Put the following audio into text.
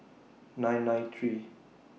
nine nine three